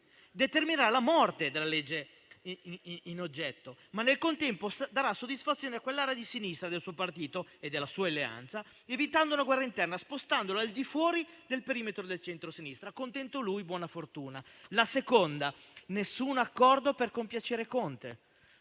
determinerà la morte del disegno di legge in oggetto, ma nel contempo darà soddisfazione a quell'area di sinistra del suo partito e della sua alleanza, evitando una guerra interna e spostandola al di fuori del perimetro del centrosinistra. Contento lui, buona fortuna. La seconda: nessun accordo per compiacere Conte,